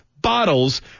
bottles